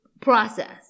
process